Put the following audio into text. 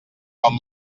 com